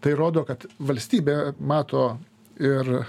tai rodo kad valstybė mato ir